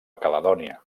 caledònia